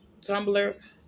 Tumblr